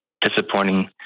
disappointing